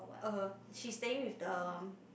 uh she's saying with the